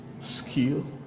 skill